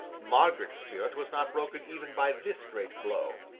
margaret's spirit was not broken even by this great blow.